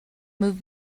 move